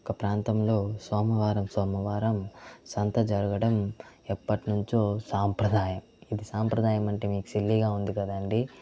యొక్క ప్రాంతంలో సోమవారం సోమవారం సంత జరగడం ఎప్పటి నుంచో సాంప్రదాయం సాంప్రదాయమంటే మీకు సిల్లీగా ఉంది కదండి